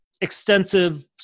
extensive